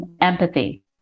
empathy